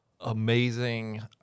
amazing